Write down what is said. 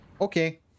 Okay